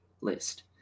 list